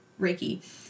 Reiki